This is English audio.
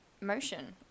motion